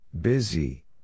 Busy